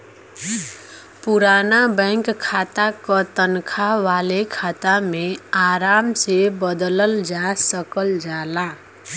पुराना बैंक खाता क तनखा वाले खाता में आराम से बदलल जा सकल जाला